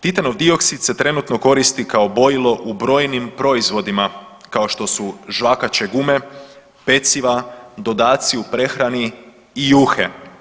Titanov dioksid se trenutno koristi kao bojilo u brojnim proizvodima kao što su žvakaće gume, peciva, dodaci u prehrani i juhe.